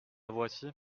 voici